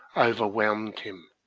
overwhelmed him,